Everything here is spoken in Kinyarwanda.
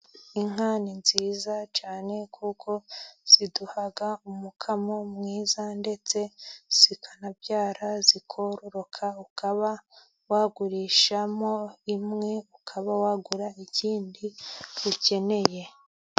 Inka ni nziza cyane kuko ziduha umukamo mwiza, ndetse zikanabyara zikororoka, ukaba wagurishamo imwe, ukaba wagura ikindi ukeneye.